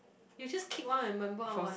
you just kick one of your member out what